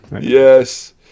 Yes